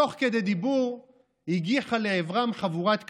תוך כדי דיבור הגיחה לעברם חבורת כלבים.